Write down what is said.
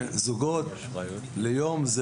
זוגות ליום.